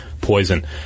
poison